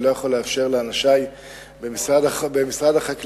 אני לא יכול לאפשר לאנשי במשרד החקלאות